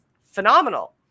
phenomenal